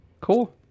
Cool